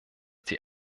die